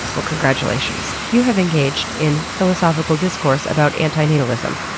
well congratulations, you have engaged in philosophical discourse about anti-natalism.